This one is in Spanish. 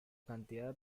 cantidad